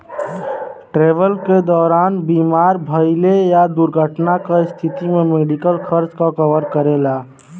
travel क दौरान बीमार भइले या दुर्घटना क स्थिति में मेडिकल खर्च क कवर करेला